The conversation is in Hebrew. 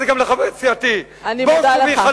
ואני אומר את זה גם לחברי סיעתי, בושו והיכלמו.